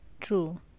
True